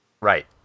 Right